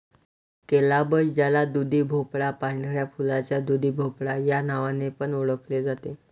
calabash ज्याला दुधीभोपळा, पांढऱ्या फुलाचा दुधीभोपळा या नावाने पण ओळखले जाते